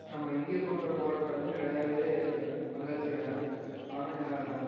நம்ம இந்திய சுதந்திரப் போராட்டத்தில் வந்து நிறையா பேர் க ம் பங்களிச்சுகிறாங்க ஆனால்